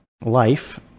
life